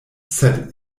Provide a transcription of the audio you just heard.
sed